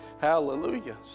Hallelujah